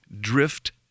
drift